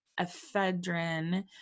ephedrine